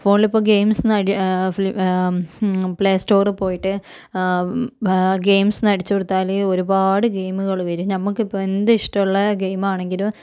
ഫോണിലിപ്പം ഗെയിംസ്ന്ന് പ്ലെയ്സ്റ്റോറിൽ പോയിട്ട് ഗെയിംസ്ന്ന് അടിച്ച് കൊടുത്താല് ഒരുപാട് ഗെയിമുകള് വരും ഞമ്മക്ക് ഇപ്പ എന്ത് ഇഷ്ടമുള്ള ഗെയിമാണെങ്കിലും